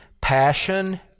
passion